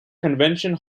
convention